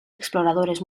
exploradores